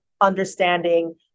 understanding